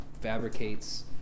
fabricates